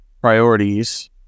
priorities